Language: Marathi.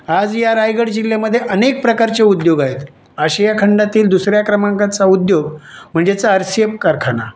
आज ह्या रायगड जिल्ह्यामध्ये अनेक प्रकारचे उद्योग आहेत आशिया खंडातील दुसऱ्या क्रमांकाचा उद्योग म्हणजेच आर सी एफ कारखाना